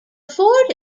fort